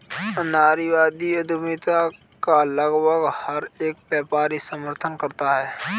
नारीवादी उद्यमिता का लगभग हर एक व्यापारी समर्थन करता है